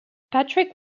patrick